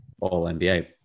All-NBA